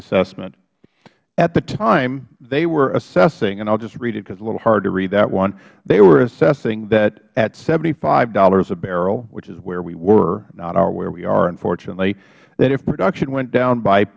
assessment at the time they were assessingh and i will just read it because it's a little hard to read that oneh they were assessing that at seventy five dollars a barrelh which is where we were not where we are unfortunatelyh that if production went down by